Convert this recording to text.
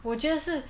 我觉得是